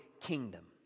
kingdom